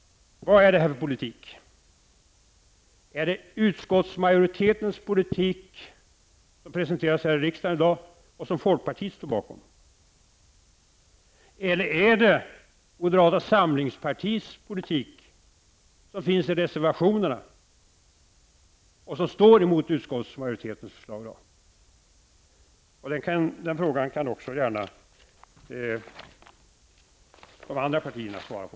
Vad är det här för politik? Är det utskottsmajoritetens politik som presenteras här i riksdagen i dag och som folkpartiet står bakom? Eller är det moderata samlingspartiets politik som finns i reservationerna och som står emot utskottets majoritetsförslag i dag? De frågorna kan också gärna de andra partierna svara på.